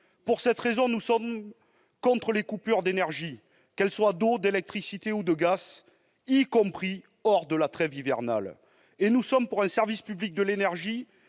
Pour cette raison, nous sommes contre les coupures, qu'il s'agisse de l'eau, de l'électricité ou du gaz, y compris hors de la trêve hivernale. Nous sommes pour un service public de l'énergie